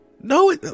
No